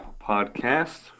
podcast